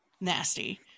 nasty